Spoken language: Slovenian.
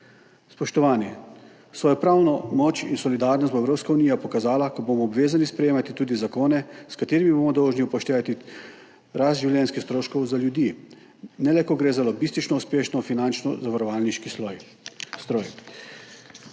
Spoštovani! Svojo pravno moč in solidarnost bo Evropska unija pokazala, ko se bomo obvezali sprejemati tudi zakone, s katerimi bomo dolžni upoštevati rast življenjskih stroškov za ljudi, ne le, ko gre za lobistično uspešen finančno-zavarovalniški stroj.